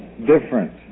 different